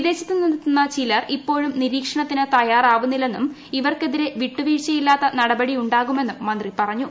വിദേശത്തുനിന്ന് എത്തുന്ന ചിലർ ഇപ്പോഴും നിരീക്ഷണത്തിന് തയ്യാറാവുന്നില്ലെന്നും ഇവർക്കെതിരെ വിട്ടുവീഴ്ചയില്ലാത്ത നടപടിയുണ്ടാകുമെന്നും മന്ത്രി പറഞ്ഞു